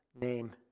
name